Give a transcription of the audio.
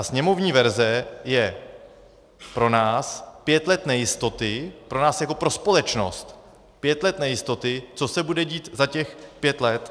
Sněmovní verze je pro nás pět let nejistoty, pro nás jako pro společnost, pět let nejistoty, co se bude dít za těch pět let.